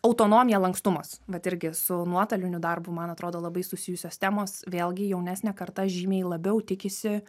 autonomija lankstumas vat irgi su nuotoliniu darbu man atrodo labai susijusios temos vėlgi jaunesnė karta žymiai labiau tikisi